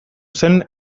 zen